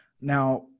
Now